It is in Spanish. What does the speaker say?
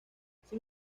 sin